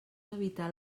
evitar